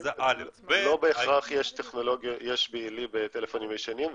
--- לא בהכרח יש BLE בטלפונים ישנים.